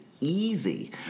easy